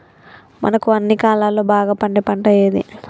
మనకు అన్ని కాలాల్లో బాగా పండే పంట ఏది?